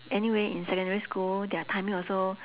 anyway in secondary school their timing also